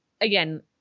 again